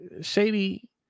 Shady